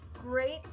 great